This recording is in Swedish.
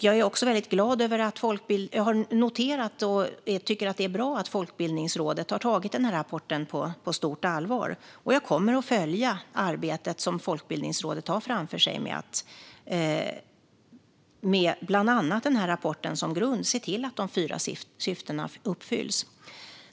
Jag har noterat och tycker att det är bra att Folkbildningsrådet har tagit denna rapport på stort allvar, och jag kommer att följa arbetet som Folkbildningsrådet har framför sig med att med bland annat denna rapport som grund se till att de fyra syftena uppfylls.